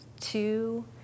two